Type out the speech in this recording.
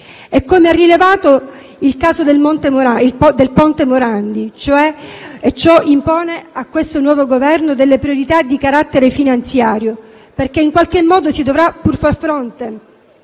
- come ha rivelato il caso del ponte Morandi. Ciò impone a questo nuovo Governo delle priorità di carattere finanziario, perché in qualche modo si dovrà pur far fronte